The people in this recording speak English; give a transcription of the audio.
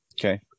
Okay